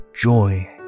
joy